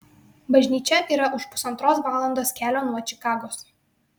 bažnyčia yra už pusantros valandos kelio nuo čikagos